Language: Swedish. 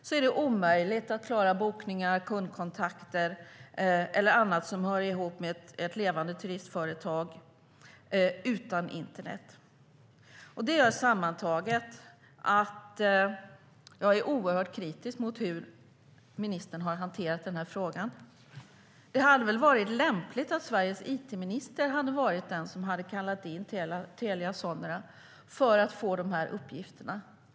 Det är omöjligt att utan internet klara bokningar, kundkontakter och annat som hör ihop med ett levande turistföretag. Det gör sammantaget att jag är oerhört kritisk mot hur ministern har hanterat frågan. Det hade väl varit lämpligt att Sveriges it-minister hade varit den som kallat in Telia Sonera för att få dessa uppgifter.